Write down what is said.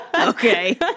Okay